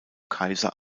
kaiser